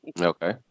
Okay